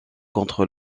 contre